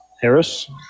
Harris